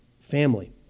family